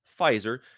Pfizer